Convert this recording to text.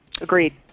Agreed